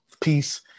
peace